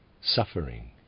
suffering